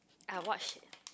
I watch